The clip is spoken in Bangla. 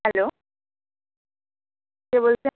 হ্যালো কে বলছেন